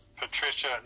Patricia